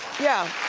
yeah.